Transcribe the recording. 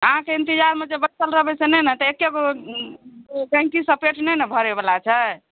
अहाँके इंतजार मे जे बैसल रहबै से नहि ने हेतै एके गो गैंहकी सँ पेट नहि ने भरे बला छै